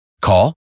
Call